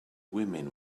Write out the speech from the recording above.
women